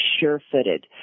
sure-footed